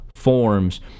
forms